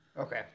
Okay